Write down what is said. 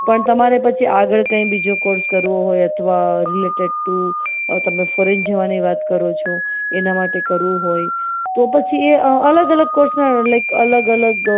પણ તમારે પછી આગળ કઈ બીજું કોર્સ કરવો હોય અથવા રિલેટેડ ટુ તમે ફોરેન જવાની વાત કરો છો એના માટે કરવું હોય તો પછી એ અલગ અલગ કોર્સ આવે લાઈક અલગ અલગ